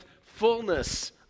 fullness